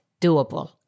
doable